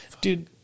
Dude